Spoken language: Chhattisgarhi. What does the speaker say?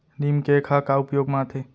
नीम केक ह का उपयोग मा आथे?